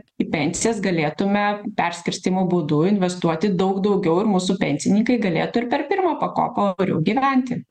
į pensijas galėtume perskirstymo būdu investuoti daug daugiau ir mūsų pensininkai galėtų ir per pirmą pakopą oriau gyventi